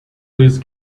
please